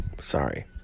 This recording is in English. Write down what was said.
Sorry